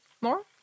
more